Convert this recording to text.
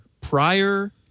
prior